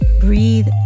breathe